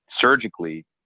surgically